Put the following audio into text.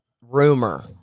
rumor